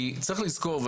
צריך לזכור,